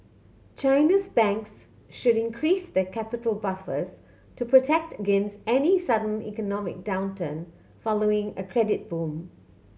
China's banks should increase their capital buffers to protect against any sudden economic downturn following a credit boom